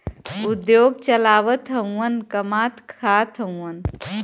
उद्योग चलावत हउवन कमात खात हउवन